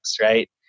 right